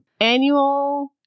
annual